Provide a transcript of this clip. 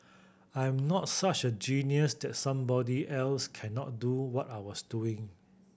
I'm not such a genius that somebody else cannot do what I was doing